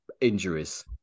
injuries